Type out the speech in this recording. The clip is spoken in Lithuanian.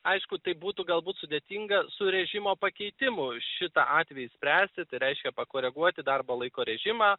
aišku tai būtų galbūt sudėtinga su režimo pakeitimu šitą atvejį spręsti tai reiškia pakoreguoti darbo laiko režimą